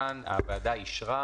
כאן הוועדה אישרה